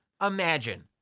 imagine